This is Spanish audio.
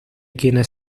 quienes